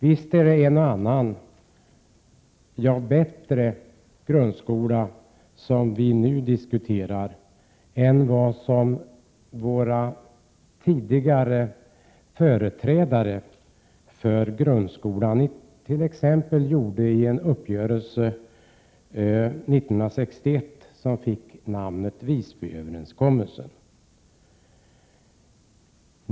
Visst är det en annan — ja, bättre — grundskola som vi nu diskuterar än den som tidigare företrädare för grundskolan träffade uppgörelse om 1961 — den s.k. Visbyöverenskommelsen.